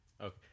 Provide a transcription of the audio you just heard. okay